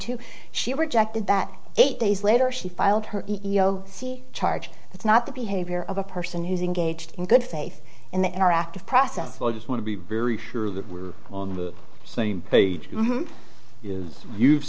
to she rejected that eight days later she filed her e o c charge that's not the behavior of a person who's engaged in good faith in the interactive process so i just want to be very sure that we're on the same page here is you've